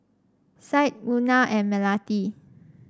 Syed Munah and Melati